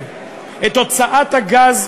את הוצאת הגז,